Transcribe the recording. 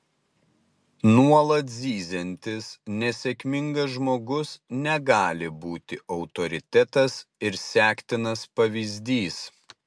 nuolat zyziantis nesėkmingas žmogus negali būti autoritetas ir sektinas pavyzdys